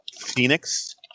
Phoenix